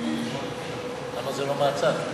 למה זה לא מהצד?